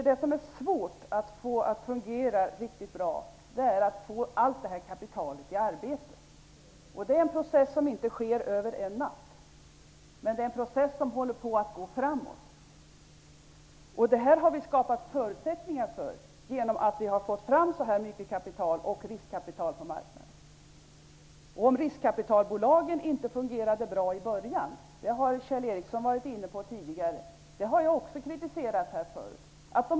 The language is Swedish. Det svåra är att få allt det här kapitalet i arbete. Det är en process som inte sker över en natt, men det är en process som går framåt. Vi har skapat förutsättningar för detta genom att vi har fått fram så mycket kapital och riskkapital på marknaden. Kjell Ericsson var tidigare inne på att riskkapitalbolagen inte fungerade bra i början. Det har jag också kritiserat förut.